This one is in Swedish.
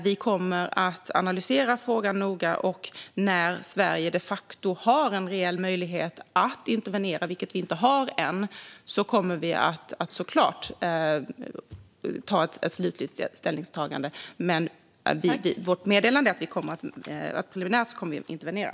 Vi kommer att analysera frågan noga, och när Sverige de facto har en reell möjlighet att intervenera - vilket vi inte har än - kommer vi såklart att göra ett slutgiltigt ställningstagande. Vårt meddelande är dock att vi preliminärt kommer att intervenera.